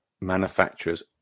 manufacturers